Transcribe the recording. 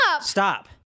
Stop